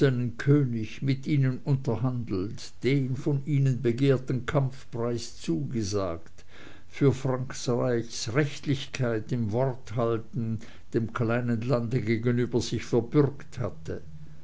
könig mit ihnen unterhandelt den von ihnen begehrten kampfpreis zugesagt für frankreichs rechtlichkeit im worthalten dem kleinen lande gegenüber sich verbürgt hatte